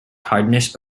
hardness